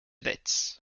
dates